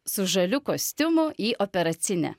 su žaliu kostiumu į operacinę